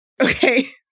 Okay